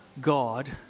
God